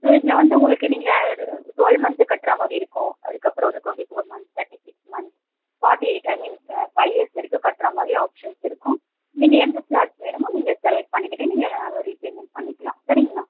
so இதில் வந்து உங்களுக்கு நீங்கள் ட்வெல் மந்த்து கட்ற மாதிரி இருக்கும் அதுக்கப்புறம் வந்து twenty four month thirty six month forty eight I mean five years வரைக்கும் கட்ற மாதிரியும் ஆப்ஷன்ஸ் இருக்கும் நீங்கள் எந்த ஸ்லாட் வேணுமோ நீங்கள் செலக்ட் பண்ணிக்கிட்டு நீங்கள் அதுமாதிரி பேமெண்ட் பண்ணிக்கலாம் சரிங்களா